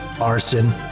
arson